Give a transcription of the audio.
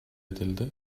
edildi